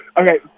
okay